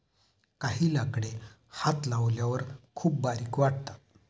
काही लाकडे हात लावल्यावर खूप बारीक वाटतात